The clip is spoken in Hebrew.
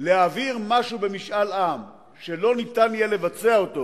להעביר במשאל עם משהו שלא ניתן יהיה לבצע אותו,